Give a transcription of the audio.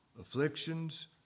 afflictions